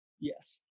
yes